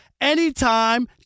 anytime